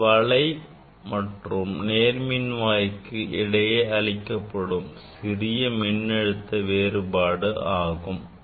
இது வலை மற்றும் நேர்மின்வாய்க்கு இடையே அளிக்கப்படும் சிறு மின்னழுத்த வேறுபாடு ஆகும்